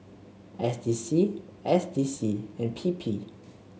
S D C S D C and P P